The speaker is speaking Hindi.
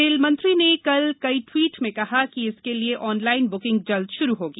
रेलमंत्री ने कल कई ट्वीट में कहा कि इसके लिए ऑनलाइन ब्किंग जल्द श्रू होगी